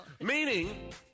Meaning